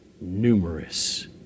numerous